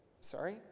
sorry